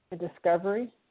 Discovery